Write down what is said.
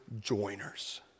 joiners